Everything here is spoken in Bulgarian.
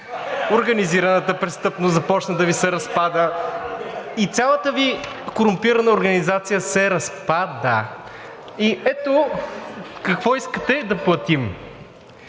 Организираната престъпност започна да Ви се разпада. И цялата Ви корумпирана организация се разпада. И ето какво искате да платим: